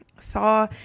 Saw